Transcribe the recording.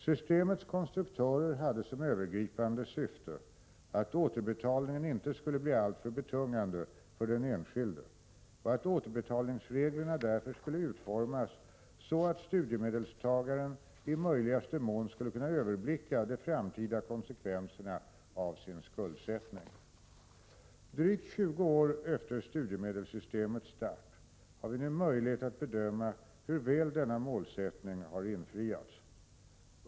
Systemets konstruktörer hade som övergripande syfte att återbetalningen inte skulle bli alltför betungande för den enskilde och att återbetalningsreglerna därför skulle utformas så att studiemedelstagaren i möjligaste mån skulle kunna överblicka de framtida konsekvenserna av sin skuldsättning. : Drygt 20 år efter studiemedelssystemets start har vi nu möjlighet att bedöma hur väl denna målsättning har infriats.